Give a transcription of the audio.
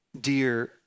dear